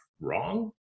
wrong